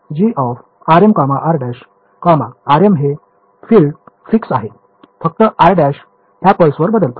तर grm r′ rm हे fixed आहे फक्त r' ह्या पल्स वर बदलतो